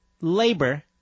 labor